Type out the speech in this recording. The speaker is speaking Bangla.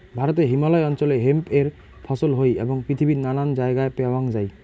ভারতে হিমালয় অঞ্চলে হেম্প এর ফছল হই এবং পৃথিবীর নানান জায়গায় প্যাওয়াঙ যাই